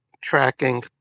tracking